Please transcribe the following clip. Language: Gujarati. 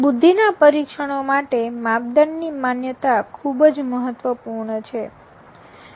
બુદ્ધિના પરીક્ષણો માટે માપદંડની માન્યતા ખૂબ જ મહત્વપૂર્ણ છે